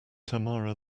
tamara